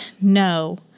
No